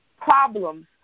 problems